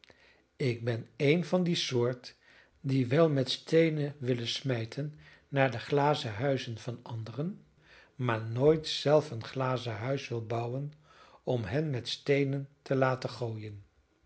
ik ben een van die soort die wel met steenen willen smijten naar de glazen huizen van anderen maar nooit zelf een glazen huis willen bouwen om hen met steenen te laten gooien